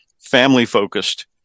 family-focused